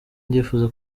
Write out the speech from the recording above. ndifuza